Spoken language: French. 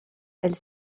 elle